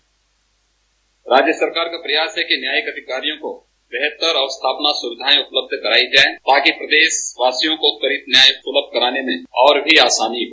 bite राज्य सरकार का प्रयास है कि न्यायिक अधिकारियों को बेहतर और व्यवस्थापना सुविधाएं उपलब्ध करायी जाये ताकि प्रदेशवासियों को त्वरित न्याय सुलभ कराने में और भी आसानी हो